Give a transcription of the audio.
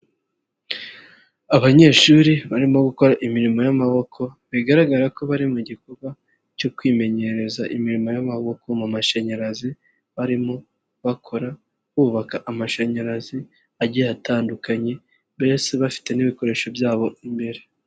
Abanyeshuri barimo gukora imirimo y'amaboko, bigaragara ko bari mu gikorwa cyo kwimenyereza imirimo y'amaboko mu mashanyarazi, barimo bakora bubaka amashanyarazi, agiye atandukanye, mbese bafite n'ibikoresho byabo imbere.